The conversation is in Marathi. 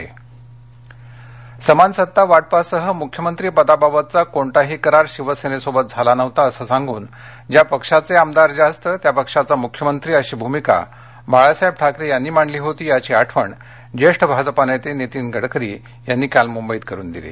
गडकरी समान सत्तावाटपासह मुख्यमंत्री पदाबाबतचा कोणताही करार शिवसेनेसोबत झाला नव्हता असं सांगून ज्या पक्षाचे आमदार जास्त त्या पक्षाचा मुख्यमंत्री अशी भूमिका बाळासाहेब ठाकरेंनी मांडली होती याची आठवण ज्येष्ठ भाजपा नेते नीतीन गडकरी यांनी करुन दिली